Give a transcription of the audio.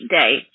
day